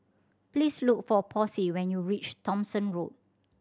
please look for Posey when you reach Thomson Road